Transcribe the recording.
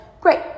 great